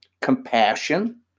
compassion